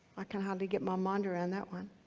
i can hardly get my mind around that one.